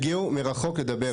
שהגיעו מרחוק לדבר.